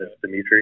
Dimitri